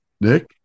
Nick